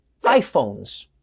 iPhones